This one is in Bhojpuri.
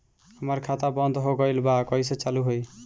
हमार खाता बंद हो गइल बा कइसे चालू होई?